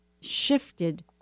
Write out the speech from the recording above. shifted